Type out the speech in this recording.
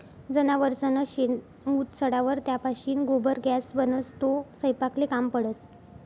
जनावरसनं शेण, मूत सडावर त्यापाशीन गोबर गॅस बनस, तो सयपाकले काम पडस